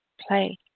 Play